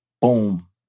boom